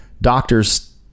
doctors